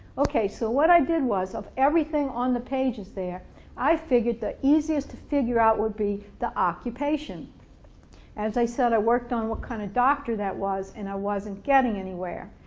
okay so what i did was, of everything on the pages there i figured the easiest to figure out would be the occupation as i said i worked on what kind of doctor that was and i wasn't getting anywhere,